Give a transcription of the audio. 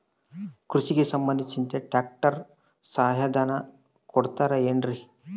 ಕೃಷಿಗೆ ಸಂಬಂಧಿಸಿದಂತೆ ಟ್ರ್ಯಾಕ್ಟರ್ ಸಹಾಯಧನ ಕೊಡುತ್ತಾರೆ ಏನ್ರಿ?